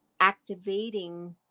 activating